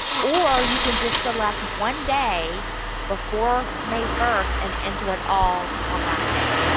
or you can just select one day before may first and enter it all on that day.